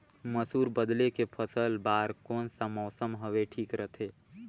मसुर बदले के फसल बार कोन सा मौसम हवे ठीक रथे?